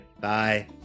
bye